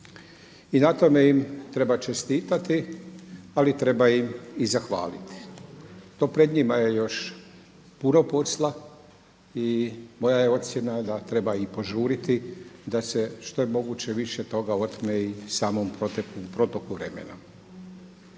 I na tome im treba čestitati, ali treba im i zahvaliti. To pred njima je još puno posla i moja je ocjena da treba i požuriti da se što je moguće više toga otme i samom protoku vremena.